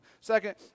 Second